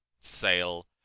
sale